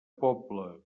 pobla